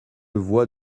voix